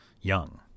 young